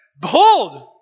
behold